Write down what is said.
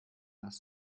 lassen